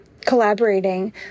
collaborating